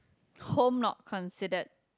home not considered